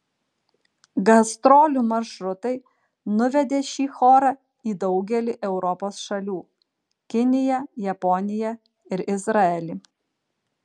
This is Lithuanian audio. gastrolių maršrutai nuvedė šį chorą į daugelį europos šalių kiniją japoniją ir izraelį